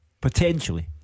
Potentially